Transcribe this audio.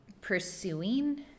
pursuing